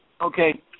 Okay